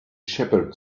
shepherd